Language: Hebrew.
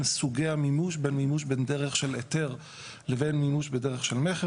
סוגי המימוש בין דרך של היתר לבין מימוש בדרך של מכר.